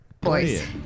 Boys